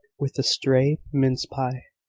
with a stray mince-pie.